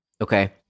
okay